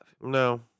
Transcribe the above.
No